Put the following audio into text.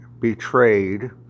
betrayed